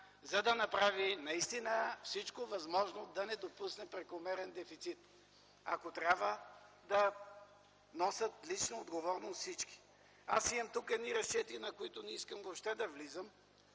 за да направи наистина всичко възможно да не допусне прекомерен дефицит. Ако трябва, всички да носят лична отговорност. Аз тук имам едни разчети, в които не искам изобщо да влизам,